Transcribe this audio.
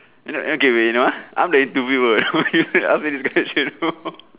you know angry you know ah I am the interviewer why you ask so many so question